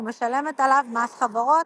ומשלמת עליו מס חברות,